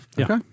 Okay